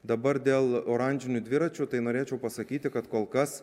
dabar dėl oranžinių dviračių tai norėčiau pasakyti kad kol kas